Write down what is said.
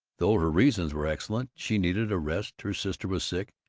though her reasons were excellent she needed a rest, her sister was sick,